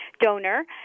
donor